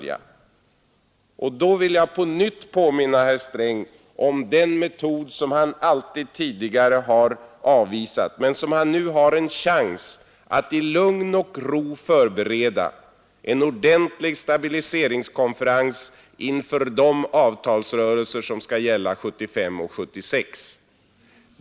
Jag vill mot denna bakgrund på nytt påminna herr Sträng om den metod som han tidigare alltid avvisat men som han nu har en chans att i lugn och ro förbereda: att hålla en ordentlig stabiliseringskonferens inför de avtalsrörelser som skall gälla 1975 och 1976.